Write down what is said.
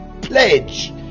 pledge